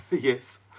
yes